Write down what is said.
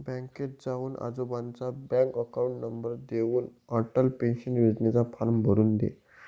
बँकेत जाऊन आजोबांचा बँक अकाउंट नंबर देऊन, अटल पेन्शन योजनेचा फॉर्म भरून दे